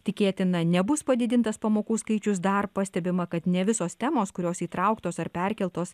tikėtina nebus padidintas pamokų skaičius dar pastebima kad ne visos temos kurios įtrauktos ar perkeltos